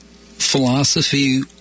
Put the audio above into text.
philosophy